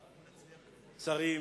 שרים,